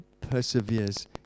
perseveres